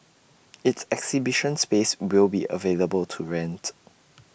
its exhibition space will be available to rent